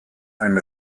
ein